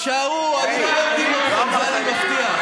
תישארו, אני לא ארדים אתכם, את זה אני מבטיח.